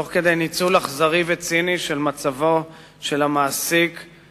תוך כדי ניצול אכזרי וציני של מצבו של העובד,